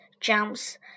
jumps